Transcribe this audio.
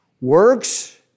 Works